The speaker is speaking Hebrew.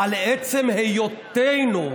על עצם היותנו,